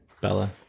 Bella